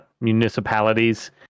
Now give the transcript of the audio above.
municipalities